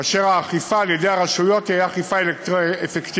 כאשר האכיפה על-ידי הרשויות תהיה אכיפה אפקטיבית,